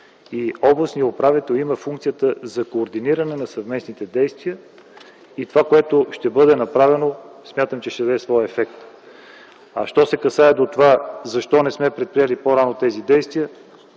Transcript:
Областният управител има функцията за координиране на съвместните действия. Това, което ще бъде направено, смятам, че ще даде своя ефект. А защо не сме предприели по-рано тези действия